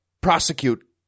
prosecute